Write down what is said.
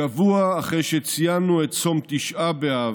שבוע אחרי שציינו את צום תשעה באב,